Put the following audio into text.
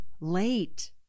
late